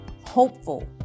hopeful